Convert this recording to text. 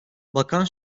bakan